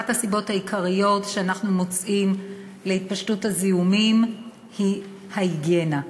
אחת הסיבות העיקריות שאנחנו מוצאים להתפשטות הזיהומים היא ההיגיינה,